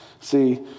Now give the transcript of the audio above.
See